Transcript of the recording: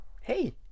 Hey